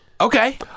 Okay